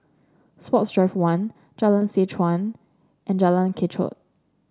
Sports Drive One Jalan Seh Chuan and Jalan Kechot